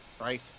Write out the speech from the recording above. Right